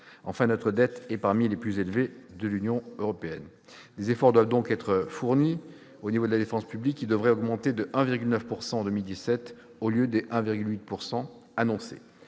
Enfin, notre dette est parmi les plus importantes de l'Union européenne. Des efforts doivent encore être fournis pour ce qui concerne la dépense publique, qui devrait augmenter de 1,9 % en 2017, au lieu des 1,8 % annoncés.